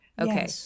Okay